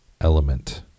element